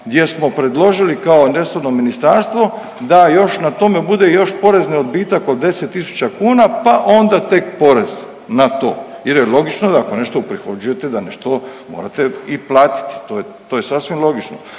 gdje smo predložili kao resorno ministarstvo da još na tome bude još porezni odbitak od 10 tisuća kuna, pa onda tek porez na to jer je logično da ako nešto uprihođujete da nešto morate i platiti, to je, to je sasvim logično.